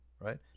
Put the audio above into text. right